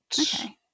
Okay